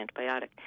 antibiotic